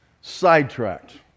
sidetracked